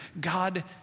God